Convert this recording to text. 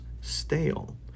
stale